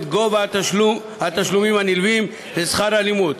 את גובה התשלומים הנלווים לשכר הלימוד,